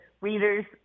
readers